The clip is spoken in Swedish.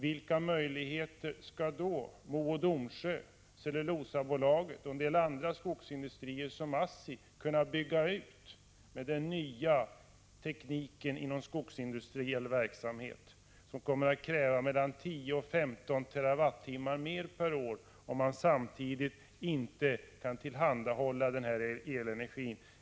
Vilka möjligheter har då Mo o. Domsjö, Svenska Cellulosa Aktiebolaget och en del andra skogsindustrier såsom ASSI att bygga ut med den nya teknik inom den skogsindustriella verksamheten som kommer att kräva mellan 10 och 15 TWh mer per år, om man samtidigt inte kan tillhandahålla denna elenergi?